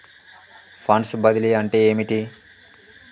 Funds బదిలీ అంటే ఏమిటి?